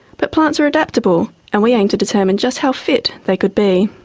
but plants are adaptable and we aim to determine just how fit they could be.